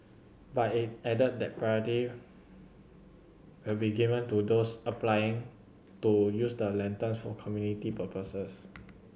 but it added that priority will be given to those applying to use the lanterns for community purposes